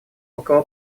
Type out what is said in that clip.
около